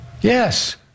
Yes